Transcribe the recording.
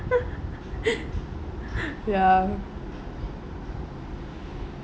ya